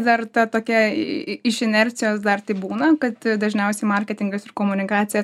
dar ta tokia iš inercijos dar taip būna kad dažniausiai marketingas ir komunikacija